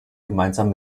gemeinsam